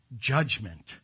judgment